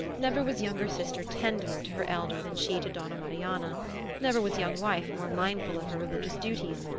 never was younger sister tenderer to her elder than she to donna marianna never was young wife more mindful of her religious duties,